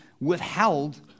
withheld